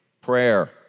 prayer